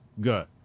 Good